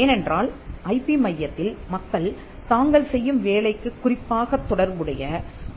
ஏனென்றால் ஐபி மையத்தில் மக்கள் தாங்கள் செய்யும் வேலைக்குக் குறிப்பாகத் தொடர்புடைய